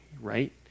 right